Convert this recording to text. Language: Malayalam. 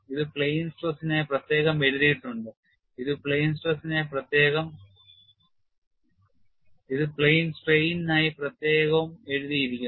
ഇത് plane stress നായി പ്രത്യേകം എഴുതിയിട്ടുണ്ട് ഇത് plain strain നായി പ്രത്യേകം എഴുതിയിരിക്കുന്നു